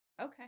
Okay